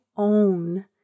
own